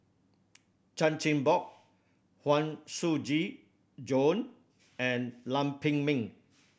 Chan Chin Bock Huang Shiqi Joan and Lam Pin Min